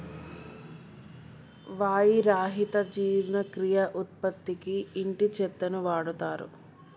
వాయి రహిత జీర్ణక్రియ ఉత్పత్తికి ఇంటి చెత్తను వాడుతారు